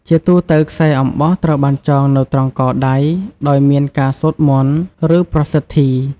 ជាទូទៅ ខ្សែអំបោះត្រូវបានចងនៅត្រង់ កដៃ ដោយមានការសូត្រមន្ត ឬប្រសិទ្ធី។